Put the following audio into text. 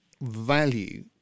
value